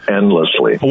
endlessly